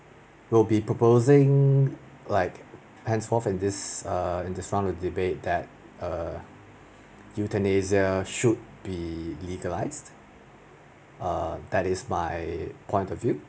will be proposing like ends fourth in this err in this round of debate that err euthanasia should be legalised err that is my point of view